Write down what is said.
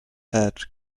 head